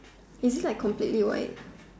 is it like completely white